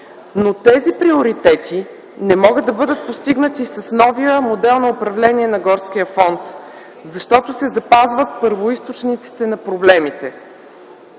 Но тези приоритети не могат да бъдат постигнати с новия модел на управление на горския фонд, защото се запазват първоизточниците на проблемите,